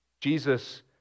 Jesus